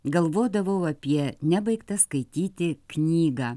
galvodavau apie nebaigtą skaityti knygą